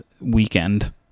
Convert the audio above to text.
weekend